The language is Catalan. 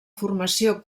formació